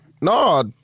No